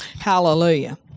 hallelujah